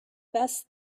best